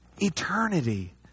Eternity